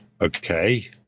Okay